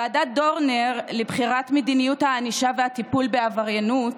ועדת דורנר לבחינת מדיניות הענישה והטיפול בעבריינות